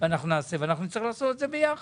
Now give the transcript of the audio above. ואנחנו נצטרך לעשות את זה ביחד.